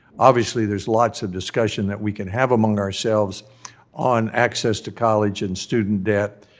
obviously there's lots of discussion that we can have among ourselves on access to college and student debt,